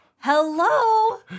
hello